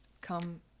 come